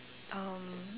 um